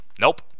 Nope